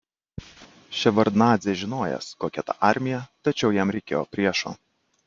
ševardnadzė žinojęs kokia ta armija tačiau jam reikėjo priešo